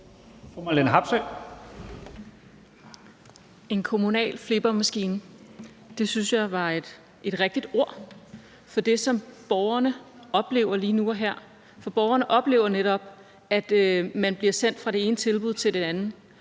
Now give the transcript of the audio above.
En kommunal flippermaskine – det synes jeg var et rigtigt ord for det, som borgerne oplever lige nu og her, for borgerne oplever netop, at man bliver sendt fra det ene tilbud til det andet,